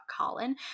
Colin